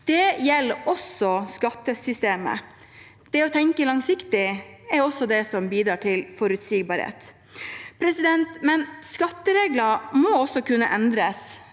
Det gjelder også skattesystemet. Det å tenke langsiktig er også det som bidrar til forutsigbarhet. Skatteregler må også kunne endres